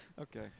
Okay